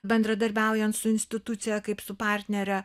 bendradarbiaujant su institucija kaip su partnere